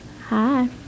Hi